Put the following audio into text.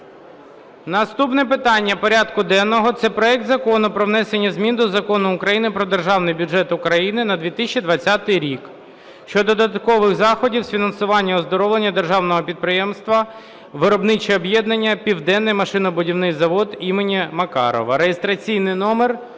Наступне питання порядку денного – це проект Закону про внесення змін до Закону України "Про Державний бюджет України на 2020 рік" (щодо додаткових заходів з фінансового оздоровлення державного підприємства "Виробниче об'єднання Південний машинобудівний завод імені О.М.Макарова")